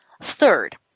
Third